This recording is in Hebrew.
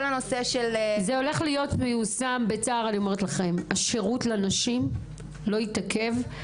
אני יכולה להגיד לכם, השירות לנשים לא יתעכב,